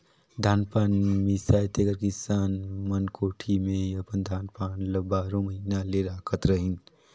धान पान मिसाए तेकर किसान मन कोठी मे ही अपन धान पान ल बारो महिना ले राखत रहिन